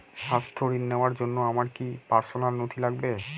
স্বাস্থ্য ঋণ নেওয়ার জন্য আমার কি কি পার্সোনাল নথি লাগবে?